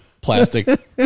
plastic